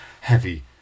heavy